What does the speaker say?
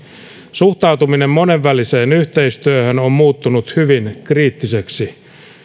suhtautuminen monenväliseen yhteistyöhön on muuttunut hyvin kriittiseksi